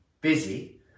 busy